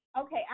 okay